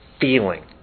feeling